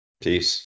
Peace